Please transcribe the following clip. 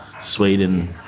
Sweden